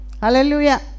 Hallelujah